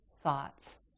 thoughts